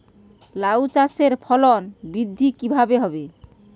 লাউ চাষের ফলন বৃদ্ধি কিভাবে হবে?